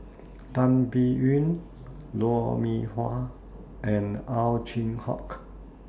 Tan Biyun Lou Mee Wah and Ow Chin Hock